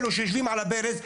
אלו שיושבים על הברז,